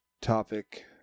topic